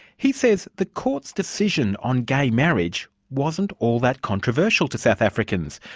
he says the courts' decision on gay marriage wasn't all that controversial to south africans,